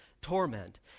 torment